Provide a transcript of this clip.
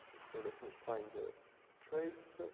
so let me find the trace.